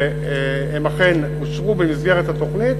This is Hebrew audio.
והם אכן אושרו במסגרת התוכנית.